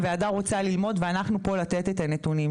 הוועדה רוצה ללמוד ואנחנו פה לתת את הנתונים.